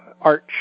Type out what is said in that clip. arch